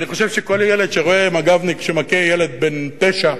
אני חושב שכל ילד שרואה מג"בניק שמכה ילד בן תשע,